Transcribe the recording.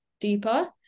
deeper